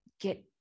get